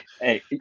Hey